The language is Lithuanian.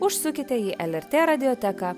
užsukite į lrt radioteką